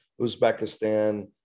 Uzbekistan